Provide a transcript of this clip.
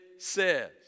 says